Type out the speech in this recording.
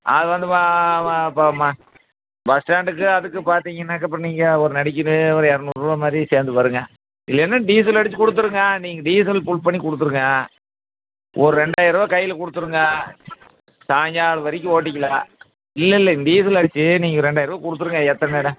அது வந்து ப பஸ் ஸ்டாண்டுக்கும் அதுக்கும் பார்த்திங்கன்னாக்க அப்புறம் நீங்கள் ஒரு நடைக்குன்னு ஒரு இரநூறுவா மாதிரி சேர்ந்து வருங்க இல்லேன்னால் டீசல் அடிச்சு கொடுத்துருங்க நீங்கள் டீசல் ஃபுல் பண்ணி கொடுத்துருங்க ஒரு ரெண்டாயிர ரூவா கையில் கொடுத்துருங்க சாயங்காலம் வரைக்கும் ஓட்டிக்கலாம் இல்லை இல்லை டீசல் அடிச்சு நீங்கள் ரெண்டாயிர் ரூவா கொடுத்துருங்க எத்தன்னைட